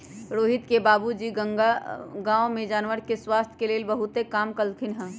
रोहित के बाबूजी गांव में जानवर के स्वास्थ के लेल बहुतेक काम कलथिन ह